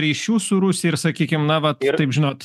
ryšių su rusija ir sakykim na va taip žinot